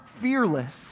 fearless